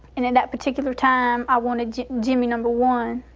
and in that particular time, i wanted jimmy number one.